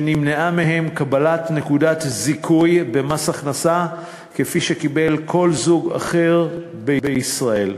שנמנעה מהם קבלת נקודת זיכוי במס הכנסה כפי שקיבל כל זוג אחר בישראל.